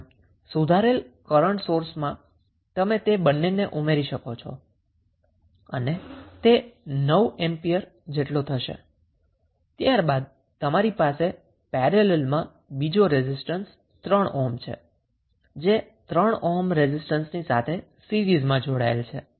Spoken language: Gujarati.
આમ અપડેટેડ કરન્ટ સોર્સમાં તમે તે બંનેને ઉમેરી શકો છો અને તે 9 એમ્પિયર જેટલો થશે ત્યારબાદ તમારી પાસે પેરેલલમાં બીજો રેઝિસ્ટન્સ 3 ઓહ્મ છે જે 3 ઓહ્મ રેઝિસ્ટન્સની સાથે સીરીઝમાં જોડાયેલ છે